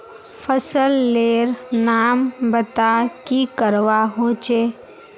फसल लेर नाम बता की करवा होचे?